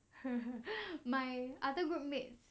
my other group mates